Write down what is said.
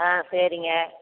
ஆ சரிங்க